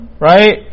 right